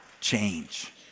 change